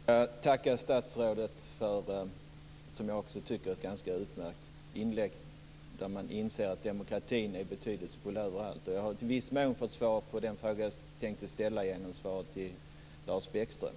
Fru talman! Jag skulle först vilja tacka statsrådet för vad jag också tyckte var ett ganska utmärkt inlägg där det fanns en insikt om att demokratin är betydelsefull överallt. Jag har i viss mån fått svar på den fråga jag tänkte ställa genom svaret till Lars Bäckström,